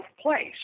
place